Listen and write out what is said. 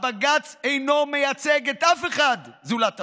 הבג"ץ אינו מייצג את אף אחד זולת עצמו.